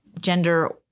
gender